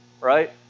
right